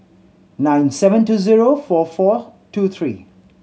nine seven two zero four four two three